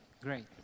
Great